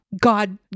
God